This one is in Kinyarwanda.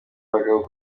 abagabo